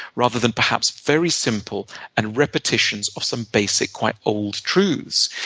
rather than perhaps very simple and repetitions of some basic, quite old truths.